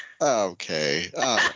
Okay